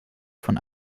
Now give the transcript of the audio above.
von